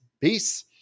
peace